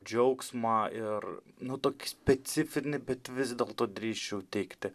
džiaugsmą ir nu tokį specifinį bet vis dėlto drįsčiau teigti